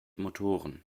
motoren